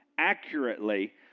Accurately